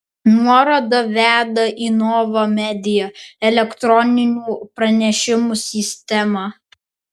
nuoroda veda į nova media elektroninių pranešimų sistemą